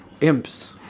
imps